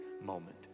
moment